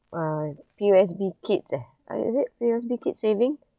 uh P_O_S_B kids eh ah is it P_O_S_B kids saving